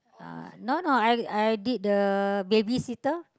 uh no no I I did the babysitter